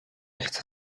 chcę